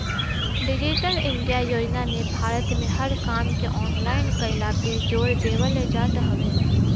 digital India योजना में भारत में हर काम के ऑनलाइन कईला पे जोर देवल जात हवे